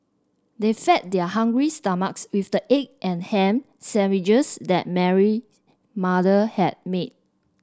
they fed their hungry stomachs with the egg and ham sandwiches that Mary mother had made